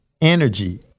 energy